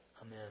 Amen